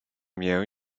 mię